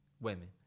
women